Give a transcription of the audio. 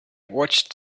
watched